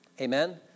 Amen